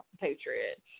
Patriots